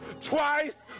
twice